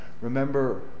Remember